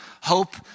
hope